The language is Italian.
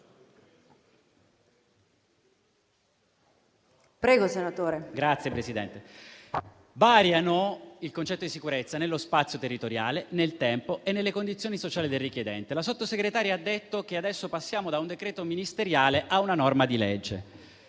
Come dicevo, il concetto di sicurezza varia nello spazio territoriale, nel tempo e nelle condizioni sociali del richiedente. La Sottosegretaria ha detto che adesso passiamo da un decreto ministeriale a una norma di legge.